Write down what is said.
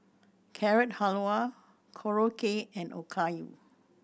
Carrot Halwa Korokke and Okayu